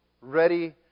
ready